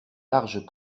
large